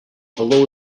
below